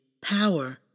power